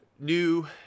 new